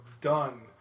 done